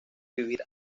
vivir